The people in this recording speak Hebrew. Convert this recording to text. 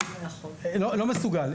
לא מסוגל.